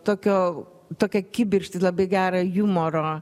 tokio tokią kibirkštį labai gerą jumoro